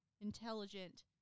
intelligent